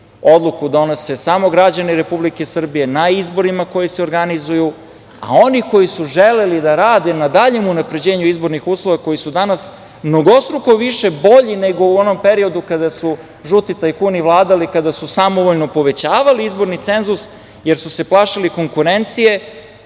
Odluku donose samo građani Republike Srbije na izborima koji se organizuju, a oni koji su želeli da rade na daljem unapređenju izbornih uslova koji su danas mnogostruko više bolji nego u onom periodu kada su žuti tajkuni vladali, kada su samovoljno povećavali izborni cenzus, jer su se plašili konkurencije